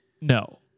No